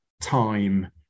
time